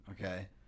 okay